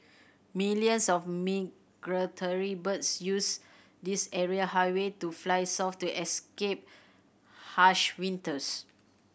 millions of migratory birds use this aerial highway to fly south to escape harsh winters